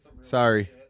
Sorry